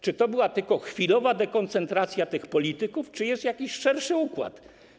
Czy to była tylko chwilowa dekoncentracja tych polityków, czy jest jakiś szerszy układ?